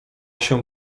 się